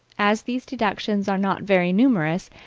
as these deductions are not very numerous,